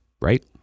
Right